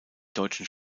deutschen